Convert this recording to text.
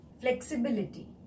Flexibility